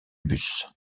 bus